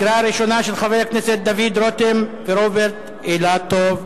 של חברי הכנסת דוד רותם ורוברט אילטוב,